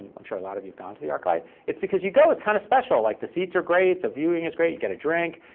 i'm sure a lot of you have gone to the arclight. it's because you go, it's kind of special. like the seats are great, the viewing is great, you get a drink.